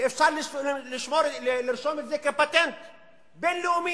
ואפשר לרשום את זה כפטנט בין-לאומי.